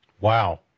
Wow